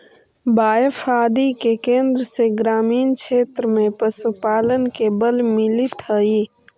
बाएफ आदि के केन्द्र से ग्रामीण क्षेत्र में पशुपालन के बल मिलित हइ